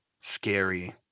scary